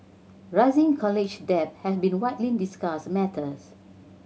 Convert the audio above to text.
rising college debt has been a widely discussed matters